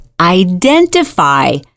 identify